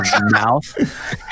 mouth